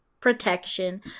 Protection